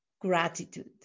gratitude